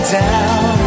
down